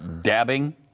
dabbing